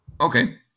Okay